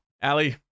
Allie